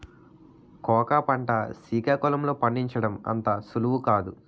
cocoa పంట సికాకుళం లో పండించడం అంత సులువు కాదు